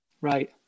Right